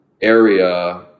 area